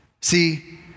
See